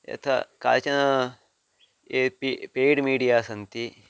यथा काचन A P paid media सन्ति